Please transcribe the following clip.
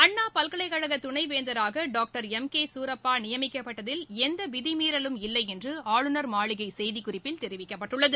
அண்ணா பல்கலைக்கழக துணைவேந்தராக doctor M K Surappa நியமிக்கப்பட்டதில் எந்த விதி மீறலும் இல்லை என்று ஆளுநர் மாளிகை செய்திக்குறிப்பில் தெரிவிக்கப்பட்டுள்ளது